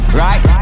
right